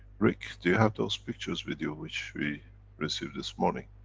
rick, do you have those pictures with you which we received this morning.